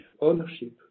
ownership